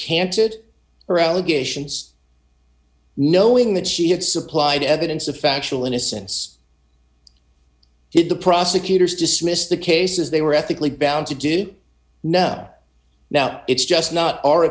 canted her allegations knowing that she had supplied evidence of factual innocence did the prosecutors dismissed the case as they were ethically bound to do no now it's just not our